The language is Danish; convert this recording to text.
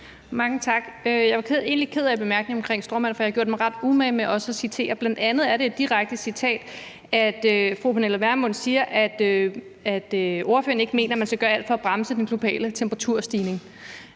Mange tak. Jeg var egentlig ked af bemærkningen omkring stråmænd, for jeg har gjort mig ret umage med også at citere. Bl.a. er det et direkte citat, at fru Pernille Vermund siger, at ordføreren ikke mener, man skal gøre alt for at bremse den globale temperaturstigning.